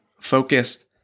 focused